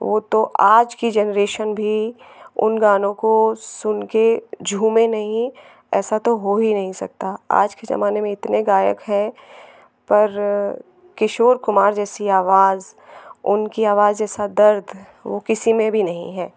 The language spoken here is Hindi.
वो तो आज की जनरेशन भी उन गानों को सुन कर झूमे नहीं ऐसा तो हो ही नहीं सकता आज के ज़मानें इतने गायक हैं पर किशोर कुमार जैसी आवाज़ उनकी आवाज़ जैसा दर्द वो किसी में भी नहीं है